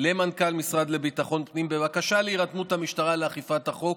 למנכ"ל המשרד לביטחון הפנים בבקשה להירתמות המשטרה לאכיפת החוק